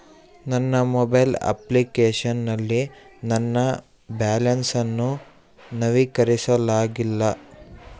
ನನ್ನ mobile application ನಲ್ಲಿ ನನ್ನ ಬ್ಯಾಲೆನ್ಸ್ ಅನ್ನು ನವೀಕರಿಸಲಾಗಿಲ್ಲ